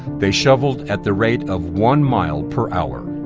they shoveled at the rate of one mile per hour.